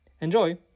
Enjoy